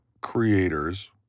creators